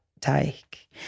take